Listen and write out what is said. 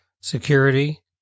security